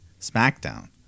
SmackDown